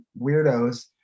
weirdos